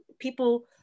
People